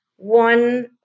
One